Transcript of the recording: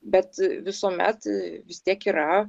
bet visuomet vis tiek yra